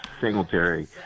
Singletary